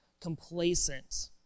complacent